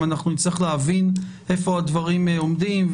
אנחנו נצטרך להבין איפה הדברים עומדים,